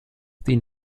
dient